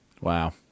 Wow